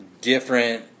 different